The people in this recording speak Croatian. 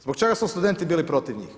Zbog čega su studenti bili protiv njih?